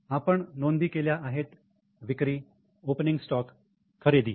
आपण नोंदी केल्या आहेत विक्री ओपनिंग स्टॉक खरेदी